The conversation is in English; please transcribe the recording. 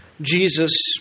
Jesus